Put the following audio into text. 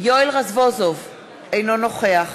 יואל רזבוזוב, אינו נוכח